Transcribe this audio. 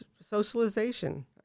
socialization